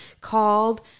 called